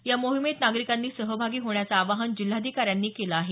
या मोहिमेत नागरिकांनी सहभागी होण्याचं आवाहन जिल्हाधिकाऱ्यांनी केलं आहे